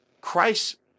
Christ